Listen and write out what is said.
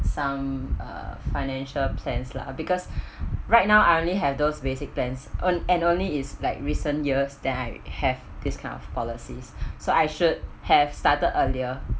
some uh financial plans lah because right now I only have those basic plans and only is like recent years that I have these kind of policies so I should have started earlier